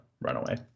runaway